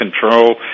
control